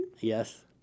Yes